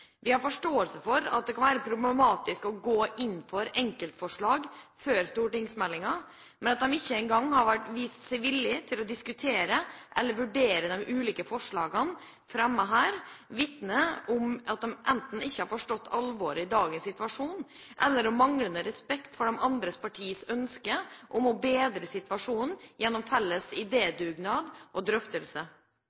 Vi har forståelse for at det kan være problematisk å gå inn for enkeltforslag før stortingsmeldingen, men at de ikke engang har vist seg villig til å diskutere eller vurdere de ulike forslagene fremmet her, vitner om at de enten ikke har forstått alvoret i dagens situasjon, eller om manglende respekt for de andre partienes ønske om å bedre situasjonen gjennom felles